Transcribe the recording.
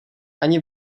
ani